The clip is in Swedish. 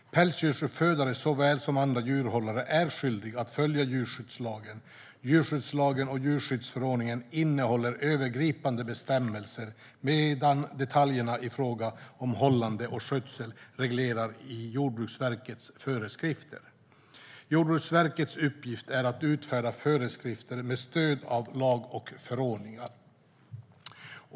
Pälsdjursuppfödare såväl som andra djurhållare är skyldiga att följa djurskyddslagen. Djurskyddslagen och djurskyddsförordningen innehåller övergripande bestämmelser medan detaljerna i fråga om hållande och skötsel regleras i Jordbruksverkets föreskrifter. Jordbruksverkets uppgift är att utfärda föreskrifter med stöd av lag och förordning.